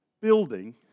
building